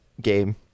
game